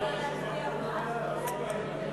ההצעה להעביר את